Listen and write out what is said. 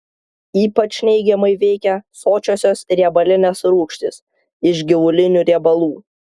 ypač neigiamai veikia sočiosios riebalinės rūgštys iš gyvulinių riebalų